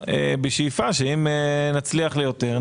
בשאיפה שאם נצליח ליותר,